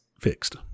fixed